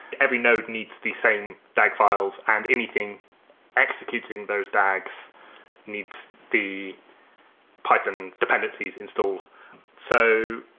every node needs the same dag files and anything executing those dags needs the python dependencies in store. so